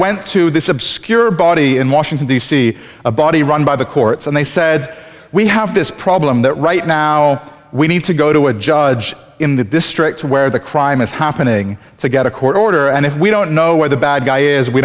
went to this obscure body in washington d c a body run by the courts and they said we have this problem that right now we need to go to a judge in the district where the crime is happening to get a court order and if we don't know where the bad guy is we